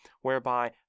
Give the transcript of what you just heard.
whereby